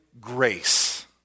grace